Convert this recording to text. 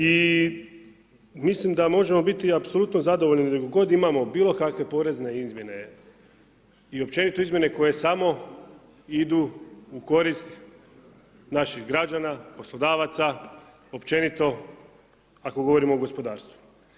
I mislim da možemo biti apsolutno zadovoljni kako god imali bilo kakve porezne izmjene i općenito izmjene koje samo idu u korist naših građana, poslodavaca, općenito ako govorimo o gospodarstvu.